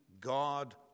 God